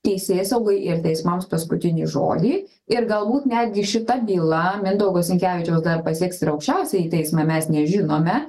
teisėsaugai ir teismams paskutinį žodį ir galbūt netgi šita byla mindaugo sinkevičiaus dar pasieks ir aukščiausiąjį teismą mes nežinome